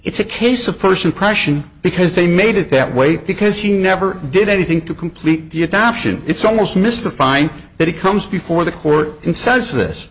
it's a case of first impression because they made it that way because he never did anything to complete the adoption it's almost missed the fine but he comes before the court and says this